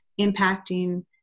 impacting